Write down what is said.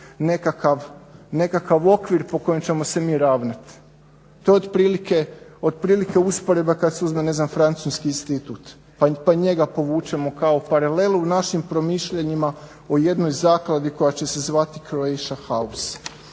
nekakav okvir po kojem ćemo se mi ravnati. To je otprilike usporedba kad se uzme ne znam francuski institut pa njega povučemo kao paralelu u našim promišljanjima o jednoj zakladi koja će se zvati Croatia House.